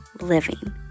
living